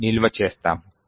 ని నిల్వ చేస్తాము